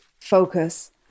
focus